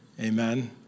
Amen